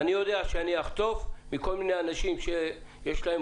אני יודע שאני אחטוף מכל מיני אנשים שיש להם